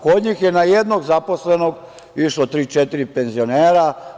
Kod njih je na jednog zaposlenog išlo tri, četiri penzionera.